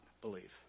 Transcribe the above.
believe